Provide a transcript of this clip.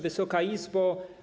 Wysoka Izbo!